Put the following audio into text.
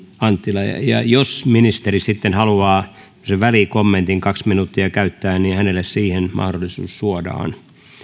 anttila ja ja jos ministeri sitten haluaa käyttää välikommentin kaksi minuuttia niin hänelle siihen mahdollisuus suodaan